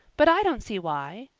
but i don't see why.